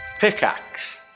pickaxe